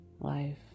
life